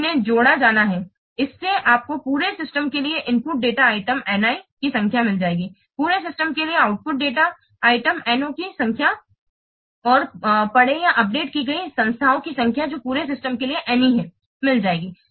फिर इन्हें जोड़ा जाना है इससे आपको पूरे सिस्टम के लिए input data item N i की संख्या मिल जाएगी पूरे सिस्टम के लिए output data item N o की संख्या और पढ़े या अपडेट की गई संस्थाओं की संख्या जो पूरे सिस्टम के लिए N e है